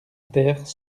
terre